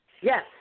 Yes